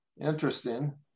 interesting